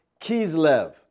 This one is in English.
Kislev